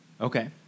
Okay